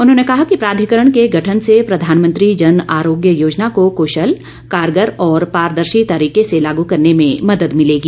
उन्होंने कहा कि प्राधिकरण के गठन से प्रधानमंत्री जन आरोग्य योजना को क्शल कारगर और पारदर्शी तरीके से लागू करने में मदद मिलेगी